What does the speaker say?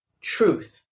truth